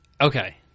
Okay